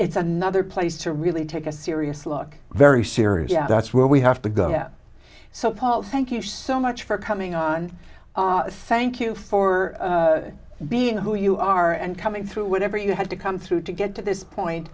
it's another place to really take a serious look very serious that's where we have to go so paul thank you so much for coming on thank you for being who you are and coming through whatever you had to come through to get to this point